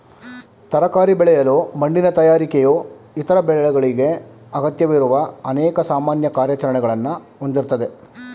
ತರಕಾರಿ ಬೆಳೆಯಲು ಮಣ್ಣಿನ ತಯಾರಿಕೆಯು ಇತರ ಬೆಳೆಗಳಿಗೆ ಅಗತ್ಯವಿರುವ ಅನೇಕ ಸಾಮಾನ್ಯ ಕಾರ್ಯಾಚರಣೆಗಳನ್ನ ಹೊಂದಿರ್ತದೆ